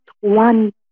one